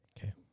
Okay